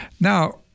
Now